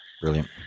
Brilliant